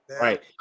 Right